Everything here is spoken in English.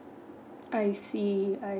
I see I